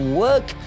work